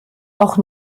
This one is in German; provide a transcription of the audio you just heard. auch